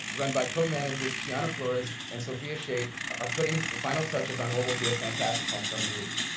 run by comanager's keyana florez and sophia shake are putting the final touches on what will be a fantastic homecoming week.